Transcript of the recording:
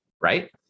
right